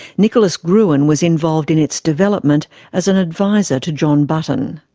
nicholas gruen was involved in its development as an advisor to john button.